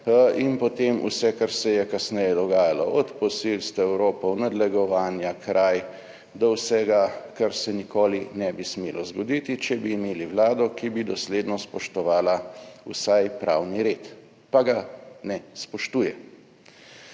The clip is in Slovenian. In potem vse, kar se je kasneje dogajalo, od posilstev, ropov, nadlegovanja, kraj do vsega, kar se nikoli ne bi smelo zgoditi. Če bi imeli vlado, ki bi dosledno spoštovala vsaj pravni red, pa ga ne spoštuje.